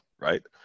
right